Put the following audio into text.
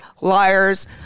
liars